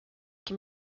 can